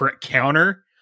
Counter